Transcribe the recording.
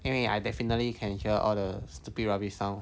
因为 I definitely can hear all the stupid ravi sound